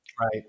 Right